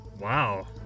Wow